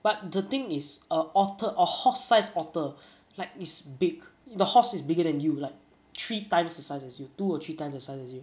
but the thing is a otter~ a horse-sized otter like it's big the horse is bigger than you like three times the size as you two or three times the size of you